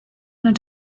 not